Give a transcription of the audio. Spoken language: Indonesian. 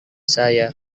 saya